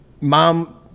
Mom